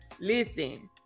listen